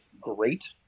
great